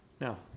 Now